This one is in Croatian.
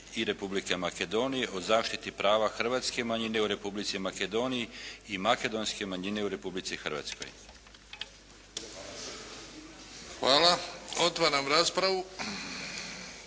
i Republike Makedonije o zaštiti prava hrvatske manjine u Republici Makedoniji i makedonske manjine u Republici Hrvatskoj s konačnim